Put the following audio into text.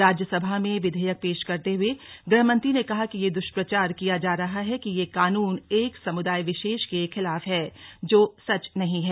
राज्यसभा में विधेयक पेश करते हुए गृहमंत्री ने कहा कि यह दुष्प्रचार किया जा रहा है कि यह कानून एक समुदाय विशेष के खिलाफ है जो सच नहीं है